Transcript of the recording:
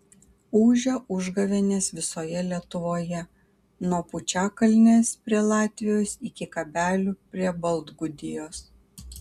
ūžia užgavėnės visoje lietuvoje nuo pučiakalnės prie latvijos iki kabelių prie baltgudijos